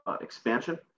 expansion